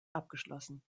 abgeschlossen